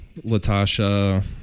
Latasha